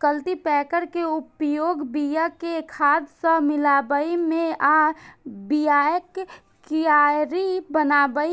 cultipacker के उपयोग बिया कें खाद सं मिलाबै मे आ बियाक कियारी बनाबै